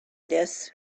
this